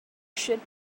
should